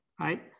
right